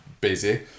busy